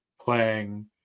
playing